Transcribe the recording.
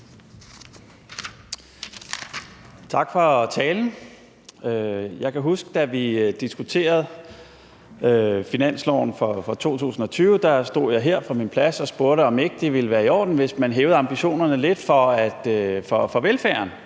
Tak for talen. Jeg kan huske, at da vi diskuterede finansloven for 2020, stod jeg her på min plads og spurgte, om det ikke ville være i orden at hæve ambitionerne lidt i forhold til velfærden.